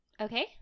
Okay